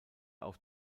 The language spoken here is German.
auf